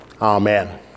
Amen